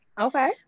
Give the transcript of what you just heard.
Okay